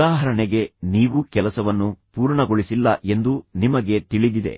ಉದಾಹರಣೆಗೆ ನೀವು ಕೆಲಸವನ್ನು ಪೂರ್ಣಗೊಳಿಸಿಲ್ಲ ಎಂದು ನಿಮಗೆ ತಿಳಿದಿದೆ